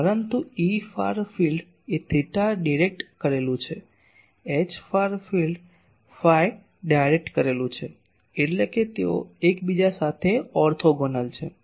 પરંતુ Efar field એ theta direct કરેલું છે Hfar field ફાઈ ડાયરેક્ટ કરેલું છે એટલે કે તેઓ એકબીજા સાથે ઓર્થોગોનલ છે